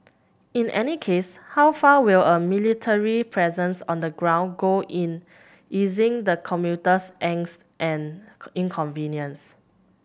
in any case how far will a military presence on the ground go in easing the commuter's angst and inconvenience